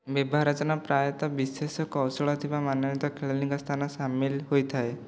ବ୍ୟୁହରଚନାରେ ପ୍ରାୟତଃ ବିଶେଷ କୌଶଳ ଥିବା ମନୋନୀତ ଖେଳାଳିଙ୍କ ସ୍ଥାନ ସାମିଲ ହୋଇଥାଏ